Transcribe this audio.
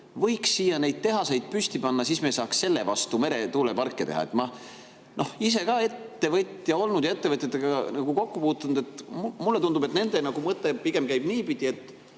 võiks siia neid tehaseid püsti panna, siis me saaksime selle vastu meretuuleparke teha. Ma olen ise ka ettevõtja olnud ja ettevõtjatega kokku puutunud. Mulle tundub, et nende mõte pigem käib niipidi: